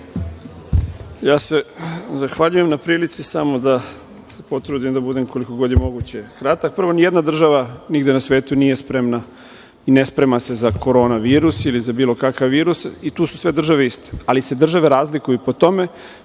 Ja se zahvaljujem na prilici, samo da se potrudim da budem koliko god je moguće kratak. Prvo, nijedna država nigde na svetu nije spremna i ne sprema se za Korona virus ili za bilo kakav virus i tu su sve države iste, ali se države razlikuju po tome